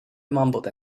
mumbled